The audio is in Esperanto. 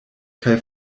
kaj